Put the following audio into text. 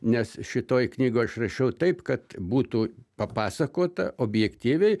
nes šitoj knygoj aš rašiau taip kad būtų papasakota objektyviai